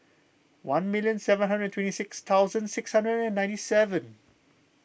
one million seven hundred twenty six thousand six hundred and ninety seven